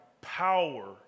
power